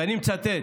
ואני מצטט: